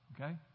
Okay